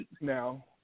now